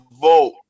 vote